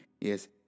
Yes